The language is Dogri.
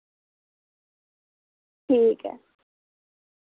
ठीक ऐ